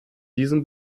diesen